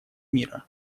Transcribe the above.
мира